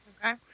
Okay